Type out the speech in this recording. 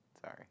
Sorry